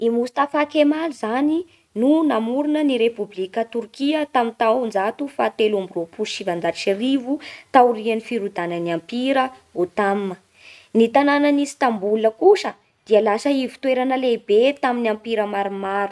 I Hostafakemaly zany no namorona ny repoblika torkia tamin'ny taonjato fahatelo amby roapolo sy sivanjato sy arivo taorian'ny firodanan'ny ampira Otam. Ny tanàna tamboholona kosa dia lasa ivon-toerana lehibe tamin'ny ampira maromaro.